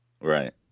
Right